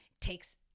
takes